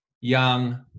young